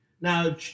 Now